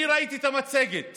אני ראיתי את המצגת